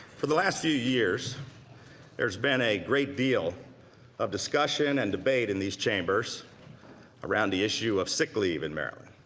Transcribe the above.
for the the last few years there's been a great deal of discussion and debate in these chambers around the issue of sick leave in maryland.